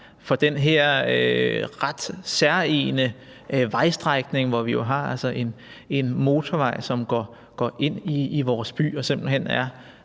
for den her ret særegne vejstrækning, hvor vi jo altså har en motorvej, som går ind i vores by